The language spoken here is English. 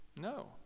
No